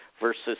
versus